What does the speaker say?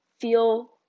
feel